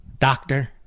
doctor